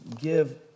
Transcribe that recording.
give